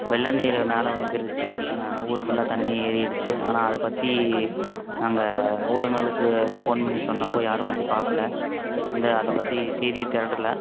வெள்ள நீர் மேலே வந்துருச்சு ஊர் ஃபுல்லாக தண்ணி ஏறிடுச்சு ஆனால் அதை பற்றி நாங்கள் ஊடகங்களுக்கு ஃபோன் பண்ணி சொன்னப்போ யாரும் வந்து பார்க்கல அங்கே அதை பற்றி செய்தியை திரட்டல